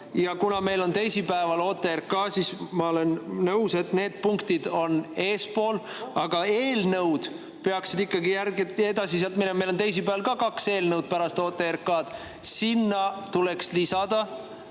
ja kuna meil on teisipäeval OTRK, siis ma olen nõus, et need punktid on eespool, aga eelnõud peaksid ikkagi sealt edasi tulema. Meil on teisipäeval ka kaks eelnõu pärast OTRK-d, sinna tuleks lisada